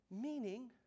Meaning